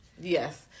yes